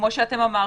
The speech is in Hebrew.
כפי שאמרתם,